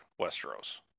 Westeros